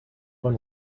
one